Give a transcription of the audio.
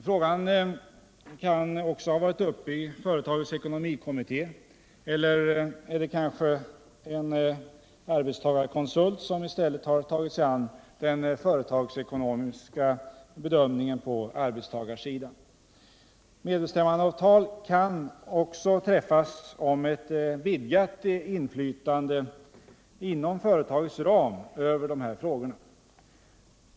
Frågan kan också ha varit uppe i företagets ekonomikommitté, eller kanske det har varit en arbetstagarkonsult som tagit sig an den företagsekonomiska bedömningen på arbetstagarsidan. Medbestämmandeavtal kan även träffas om vidgat inflytande inom företagets ram över de här frågorna.